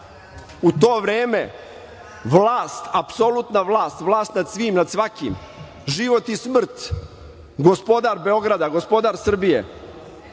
U to vreme vlast apsolutna vlast, vlast nad svim i svakim, život i smrt, gospodar Beograda, gospodar Srbije. Verica